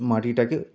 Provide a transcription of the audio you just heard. মাটিটাকে